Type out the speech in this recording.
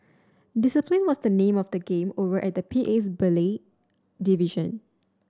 discipline was the name of the game over at the P A's ballet division